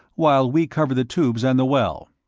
while we cover the tubes and the well,